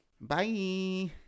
Bye